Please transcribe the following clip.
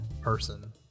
person